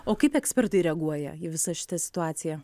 o kaip ekspertai reaguoja į visą šitą situaciją